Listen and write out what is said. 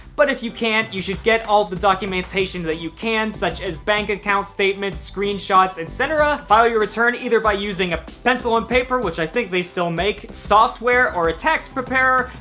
but if you can't, you should get all the documentation that you can such as bank account statements, screenshots etc. file your return, either by using a pencil and paper, which i think they still make, software or a tax preparer,